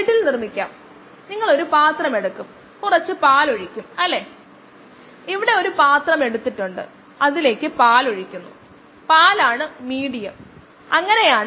Michaelis Menten സമവാക്യത്തിൽ vms നെര k m plus s കൊണ്ട് ഹരിച്ചാൽ vms ന് തുല്യമാണ്